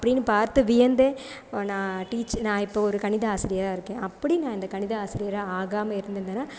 அப்படின்னு பார்த்து வியந்த நான் டீச்ச நான் இப்போது ஒரு கணித ஆசிரியராக இருக்கேன் அப்படி நான் இந்த கணித ஆசிரியராக ஆகாமல் இருந்துருந்தேனால்